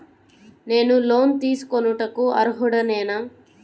నేను లోన్ తీసుకొనుటకు అర్హుడనేన?